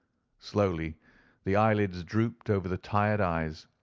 slowly the eyelids drooped over the tired eyes,